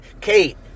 Kate